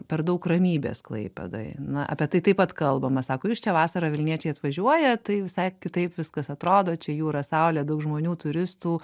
per daug ramybės klaipėdoj na apie tai taip pat kalbama sako jūs čia vasarą vilniečiai atvažiuojat tai visai kitaip viskas atrodo čia jūra saulė daug žmonių turistų